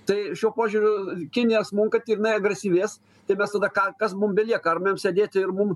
tai šiuo požiūriu kinijai smunkant jinai agresyvės tai tada mes ką kas mum belieka ar mum sėdėti ir mum